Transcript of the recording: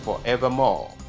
forevermore